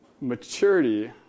maturity